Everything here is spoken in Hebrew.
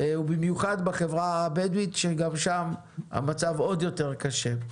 ובמיוחד בחברה הבדווית שגם שם המצב עוד יותר קשה.